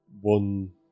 one